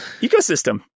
ecosystem